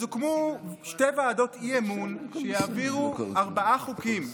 אז הוקמו שתי ועדות אי-אמון שיעבירו ארבעה חוקים,